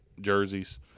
jerseys